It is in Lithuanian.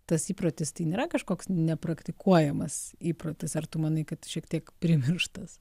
tas įprotis tai nėra kažkoks nepraktikuojamas įprotis ar tu manai kad šiek tiek primirštas